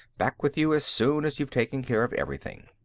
back with you as soon as you've taken care of everything.